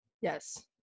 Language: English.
Yes